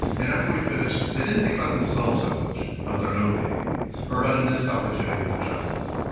and after we'd finished, they didn't think about themselves so much, about their own pain or about a missed opportunity for justice.